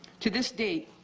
to this date,